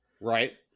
right